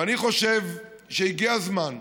ואני חושב שהגיע הזמן שהכנסת,